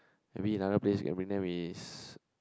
maybe another place we can bring them is